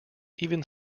even